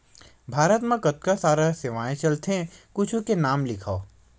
भारत मा कतका सारा सेवाएं चलथे कुछु के नाम लिखव?